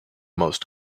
most